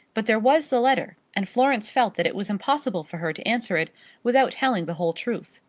but there was the letter, and florence felt that it was impossible for her to answer it without telling the whole truth.